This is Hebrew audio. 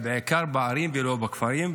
בעיקר בערים ולא בכפרים.